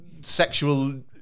sexual